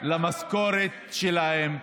למשכורת שלהם.